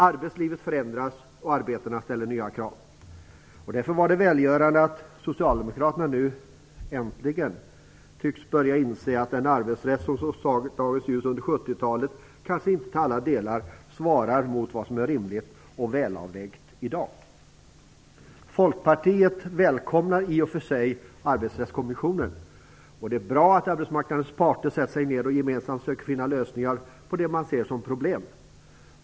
Arbetslivet förändras, och arbetena ställer nya krav. Det är därför välgörande att Socialdemokraterna nu, äntligen, tycks börja inse att den arbetsrätt som såg dagens ljus under 70-talet kanske inte till alla delar svarar mot vad som är rimligt och välavvägt i dag. Folkpartiet välkomnar i och för sig Arbetsrättskommissionen. Det är bra att arbetsmarknadens parter sätter sig ned och gemensamt försöker finna lösningar på det man ser som problem.